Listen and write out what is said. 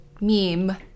meme